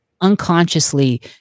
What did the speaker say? unconsciously